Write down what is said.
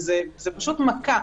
זה פשוט מכה.